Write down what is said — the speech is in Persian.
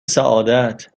سعادت